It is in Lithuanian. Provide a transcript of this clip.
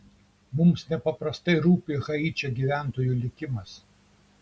mums nepaprastai rūpi haičio gyventojų likimas